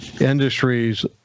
industries